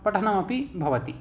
पठनमपि भवति